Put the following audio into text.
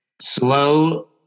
slow